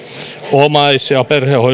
omais ja perhehoidon